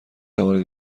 توانید